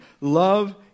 Love